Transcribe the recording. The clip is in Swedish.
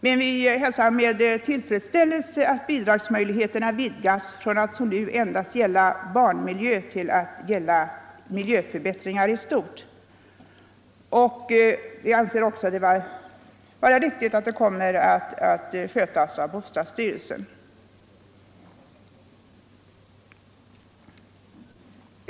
Vi hälsar emellertid med tillfredsställelse att bidragsmöjligheterna vidgas från att som nu endast gälla barnmiljö till att gälla miljöförbättringar i stort, och vi anser det också vara riktigt att det hela kommer att skötas av bostadsstyrelsen. Herr talman!